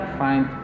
find